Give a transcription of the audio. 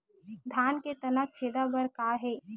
धान के तनक छेदा बर का हे?